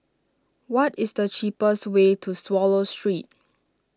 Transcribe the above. what is the cheapest way to Swallow Street